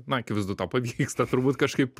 na akivaizdu tau pavyksta turbūt kažkaip